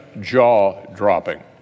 jaw-dropping